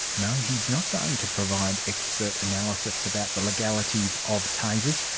no, he's not going to provide expert analysis about the legalities of tasers,